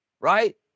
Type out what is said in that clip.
right